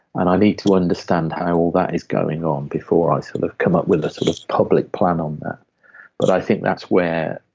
need to understand how all that is going on before i sort of come up with a sort of public plan on that. but i think that's where.